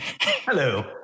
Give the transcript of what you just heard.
Hello